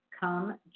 come